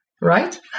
right